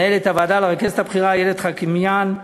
לרכזת הבכירה איילת חאקימיאן,